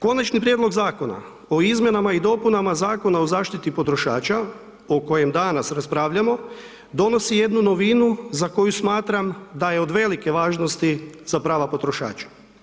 Konačni prijedlog Zakona o izmjenama i dopunama Zakona o zaštiti potrošača o kojem danas raspravljamo donosi jednu novinu za koju smatram da je od velike važnosti za prava potrošača.